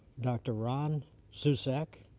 doctor ron soucek,